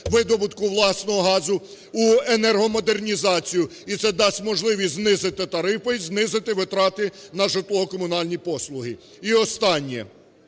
видобутку власного газу, венергомодернізацію, і це дасть можливість знизити тарифи і знизити витрати на житлово-комунальні послуги. І останнє.